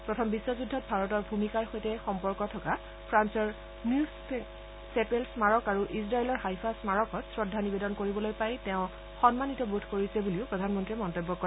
প্ৰথম বিখ্ যদ্ধত ভাৰতৰ ভমিকাৰ সৈতে সম্পৰ্ক থকা ফান্সৰ ন্যুভ চেপেল স্মাৰক আৰু ইজৰাইলৰ হাইফা স্মাৰকত শ্ৰদ্ধা নিবেদন কৰিবলৈ পাই তেওঁ সন্মানিতবোধ কৰিছে বুলিও প্ৰধানমন্ত্ৰীয়ে মন্তব্য কৰে